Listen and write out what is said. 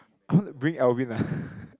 I want to bring Alvin ah ppo